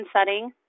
setting